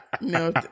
No